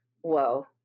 whoa